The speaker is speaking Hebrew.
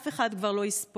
אף אחד כבר לא יספור.